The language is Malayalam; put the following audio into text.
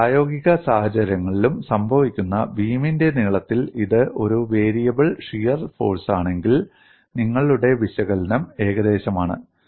പല പ്രായോഗിക സാഹചര്യങ്ങളിലും സംഭവിക്കുന്ന ബീമിന്റെ നീളത്തിൽ ഇത് ഒരു വേരിയബിൾ ഷിയർ ഫോഴ്സാണെങ്കിൽ നിങ്ങളുടെ വിശകലനം ഏകദേശമാണ്